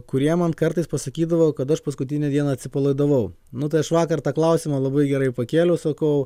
kurie man kartais pasakydavo kad aš paskutinę dieną atsipalaidavau nu vakar tą klausimą labai gerai pakėliau sakau